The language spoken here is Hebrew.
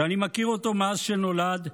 שאני מכיר אותו מאז שנולד,